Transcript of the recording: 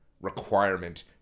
requirement